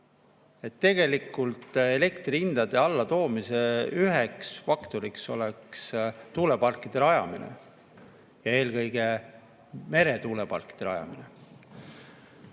tegelikult elektrihindade allatoomisel on üks faktor tuuleparkide rajamine, eelkõige meretuuleparkide rajamine.